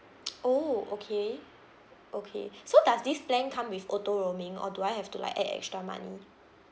oh okay okay so does this plan come with auto roaming or do I have to like add extra money